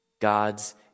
God's